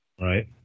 Right